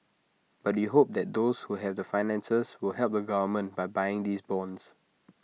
but we hope that those who have the finances will help the government by buying these bonds